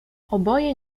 oboje